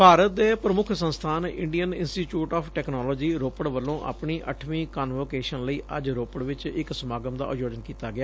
ਭਾਰਤ ਦੇ ਪ੍ਰਮੁੱਖ ਸੰਸਬਾਨ Indian Institute of Technology Ropar ਵਲੱ ਆਪਣੀ ਅੱਠਵੀ ਕਨਵੋਕੇਸ਼ਨ ਲਈ ਅੱਜ ਰੋਪੜ ਵਿਚ ਇੱਕ ਸਮਾਗਮ ਦਾ ਆਯੋਜਨ ਕੀਤਾ ਗਿਆ